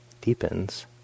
deepens